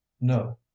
No